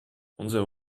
unsere